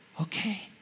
Okay